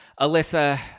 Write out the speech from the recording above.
Alyssa